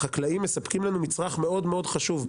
החקלאים מספקים לנו מצרך מאוד מאוד חשוב,